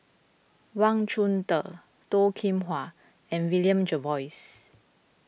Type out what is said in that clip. Wang Chunde Toh Kim Hwa and William Jervois